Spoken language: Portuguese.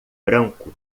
branco